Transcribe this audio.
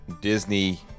Disney